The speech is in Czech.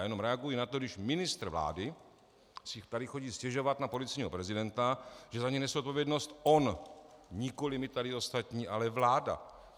A já jenom reaguji na to, když ministr vlády si tady chodí stěžovat na policejního prezidenta, že za něj nese zodpovědnost on, nikoliv my tady ostatní, ale vláda.